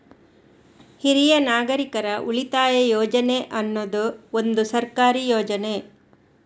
ಹಿರಿಯ ನಾಗರಿಕರ ಉಳಿತಾಯ ಯೋಜನೆ ಅನ್ನುದು ಒಂದು ಸರ್ಕಾರಿ ಯೋಜನೆ